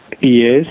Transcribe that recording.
Yes